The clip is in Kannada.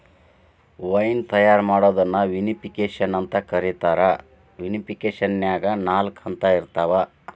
ವೈನ್ ತಯಾರ್ ಮಾಡೋದನ್ನ ವಿನಿಪಿಕೆಶನ್ ಅಂತ ಕರೇತಾರ, ವಿನಿಫಿಕೇಷನ್ನ್ಯಾಗ ನಾಲ್ಕ ಹಂತ ಇರ್ತಾವ